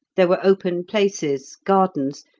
there were open places, gardens,